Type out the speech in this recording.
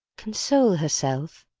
console herself?